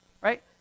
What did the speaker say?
right